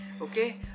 Okay